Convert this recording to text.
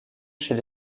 chez